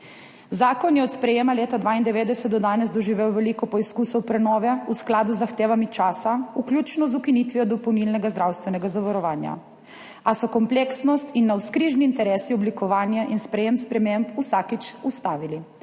Zakon je od sprejema leta 1992 do danes doživel veliko poizkusov prenove v skladu z zahtevami časa, vključno z ukinitvijo dopolnilnega zdravstvenega zavarovanja, a so kompleksnost in navzkrižni interesi oblikovanja in sprejem sprememb vsakič ustavili.